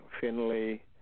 Finley